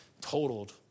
totaled